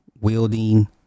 wielding